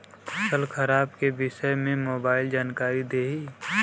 फसल खराब के विषय में मोबाइल जानकारी देही